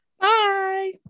Bye